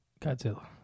Godzilla